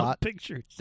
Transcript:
pictures